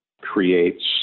creates